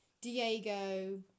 Diego